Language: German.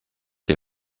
der